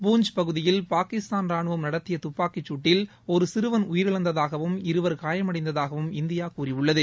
பூஞ்ச் பகுதியில் பாகிஸ்தான் ராணுவம் நடத்திய துப்பாக்கிச்சூட்டில் ஒரு சிறுவன் உயிரிழந்ததாகவும் இருவர் காயமடைந்ததாகவும் இந்தியா கூறியுள்ளது